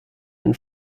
and